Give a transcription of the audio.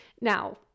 Now